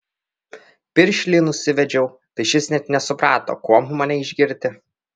piršlį nusivedžiau tai šis net nesuprato kuom mane išgirti